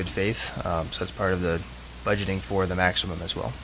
good faith that's part of the budgeting for the maximum as well